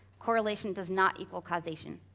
correlation does not equal causation.